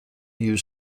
you